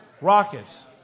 Rockets